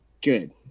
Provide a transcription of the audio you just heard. Good